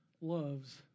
loves